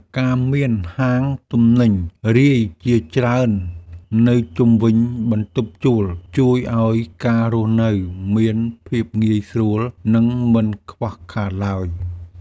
ការមានហាងទំនិញរាយជាច្រើននៅជុំវិញបន្ទប់ជួលជួយឱ្យការរស់នៅមានភាពងាយស្រួលនិងមិនខ្វះខាតឡើយ។